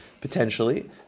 Potentially